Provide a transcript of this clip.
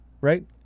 right